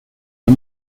you